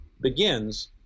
begins